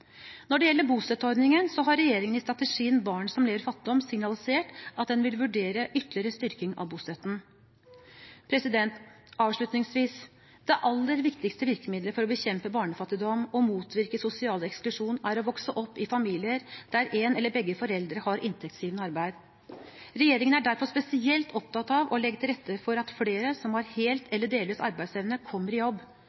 Når det gjelder bostøtteordningen, har regjeringen i strategien «Barn som lever i fattigdom» signalisert at den vil vurdere ytterligere styrking av bostøtten. Avslutningsvis: Det aller viktigste virkemiddelet for å bekjempe barnefattigdom og motvirke sosial eksklusjon er å vokse opp i familier der en eller begge foreldre har inntektsgivende arbeid. Regjeringen er derfor spesielt opptatt av å legge til rette for at flere som har hel eller delvis arbeidsevne, kommer i jobb.